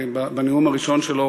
בנאום הראשון שלו,